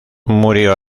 murió